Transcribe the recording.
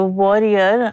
warrior